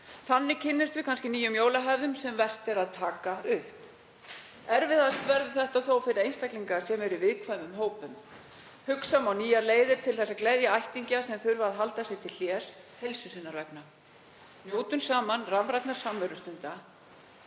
Þannig kynnumst við kannski nýjum jólahefðum sem vert er að taka upp. Erfiðast verður þetta þó fyrir einstaklinga sem eru í viðkvæmum hópum. Hugsa má um nýjar leiðir til þess að gleðja ættingja sem þurfa að halda sig til hlés heilsu sinnar vegna. Njótum saman rafrænna samverustunda.